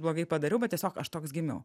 blogai padariau bet tiesiog aš toks gimiau